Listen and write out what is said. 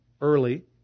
early